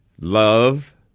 love